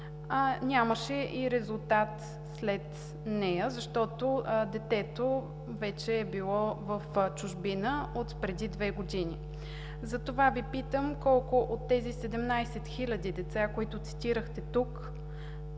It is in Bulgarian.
нямаше и резултат след нея, защото детето вече е било в чужбина от преди две години. Затова Ви питам: колко от тези 17 хил. деца, които цитирахте тук,